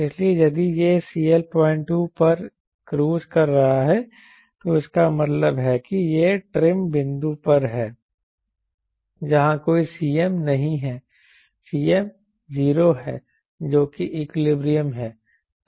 इसलिए यदि यह CL 02 पर क्रूज कर रहा है तो इसका मतलब है कि यह ट्रिम बिंदु पर है जहां कोई Cm नहीं है Cm 0 है जो कि इक्विलिब्रियम है